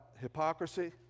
hypocrisy